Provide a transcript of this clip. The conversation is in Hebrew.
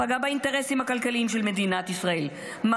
פגע באינטרסים הכלכליים של מדינת ישראל,